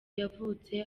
yavutse